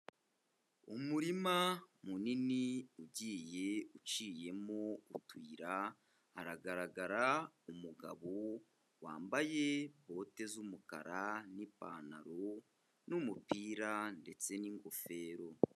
Umurima munini ugiye uciyemo utuyira, hagaragara umugabo wambaye bote z'umukara n'ipantaro n'umupira ndetse n'ingofero.